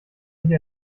nicht